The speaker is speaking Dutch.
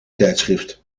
tijdschrift